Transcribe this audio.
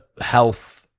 health